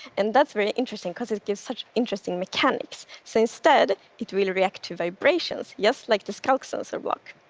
and that's very interesting because it gives such interesting mechanics. so instead, it will react to vibrations, just like the skulk sensor block.